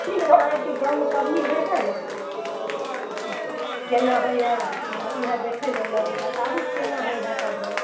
की भेल अहाँके गावँमे पबनी होयत हइ ने केना होयत हए ओएह देखै लै अयलहुँ हन बताबु केना होयत हय पबनी